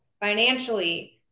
financially